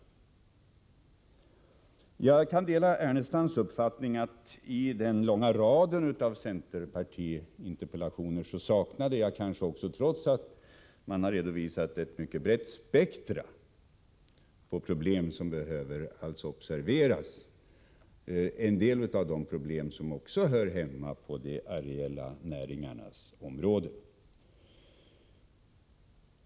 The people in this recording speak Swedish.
Vidare delar jag Lars Ernestams uppfattning i fråga om den långa raden av interpellationer från centerpartister. Trots att man redovisat ett mycket brett spektrum när det gäller problem som behöver observeras saknade kanske även jag en del av de problem som också hör hemma på de areella näringarnas område.